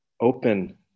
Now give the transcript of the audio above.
open